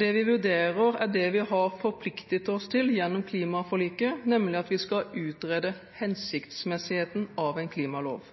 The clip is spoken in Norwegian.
Det vi vurderer, er det vi har forpliktet oss til gjennom klimaforliket, nemlig at vi skal utrede hensiktsmessigheten av en klimalov.